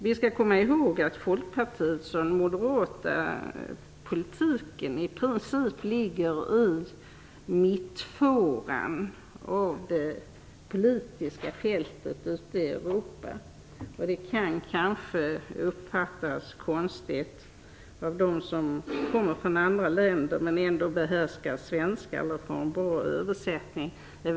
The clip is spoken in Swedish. Vi skall komma ihåg att Folkpartiets och Moderaternas politik i princip ligger i mittfåran av det politiska fältet ute i Europa. Sättet att behandla motioner kan eventuellt uppfattas som konstigt av personer som kommer från andra länder men som behärskar svenska - det gäller att få en bra översättning.